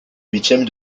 huitièmes